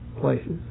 places